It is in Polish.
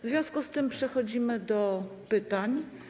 W związku z tym przechodzimy do pytań.